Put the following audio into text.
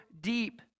deep